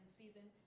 season